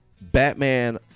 Batman